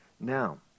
Now